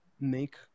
make